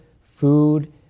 food